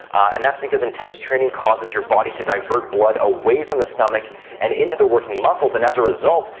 and that's because intense training causes your body to divert blood away from the stomach and into the working muscles. and as a result,